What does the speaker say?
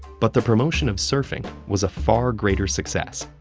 but the promotion of surfing was a far greater success.